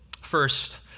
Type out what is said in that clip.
First